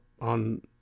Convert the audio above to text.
on